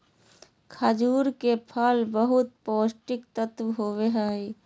खजूर के फल मे बहुत पोष्टिक तत्व होबो हइ